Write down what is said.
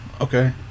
okay